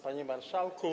Panie Marszałku!